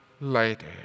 later